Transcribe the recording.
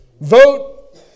Vote